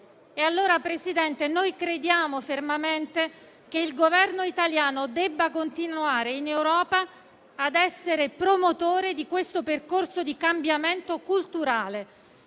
noi crediamo fermamente che il Governo italiano debba continuare in Europa ad essere promotore di questo percorso di cambiamento culturale